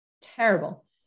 terrible